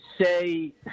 say